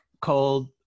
called